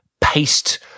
paste